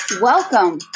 Welcome